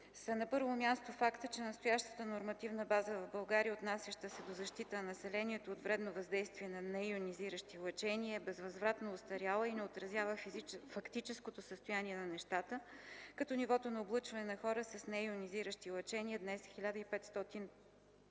са: на първо място фактът, че настоящата нормативна база в България, отнасяща се до защита на населението от вредно въздействие на нейонизиращи лъчения, е безвъзвратно остаряла и не отразява фактическото състояние на нещата, като нивото на облъчването на хората с нейонизиращи лъчения днес е 1500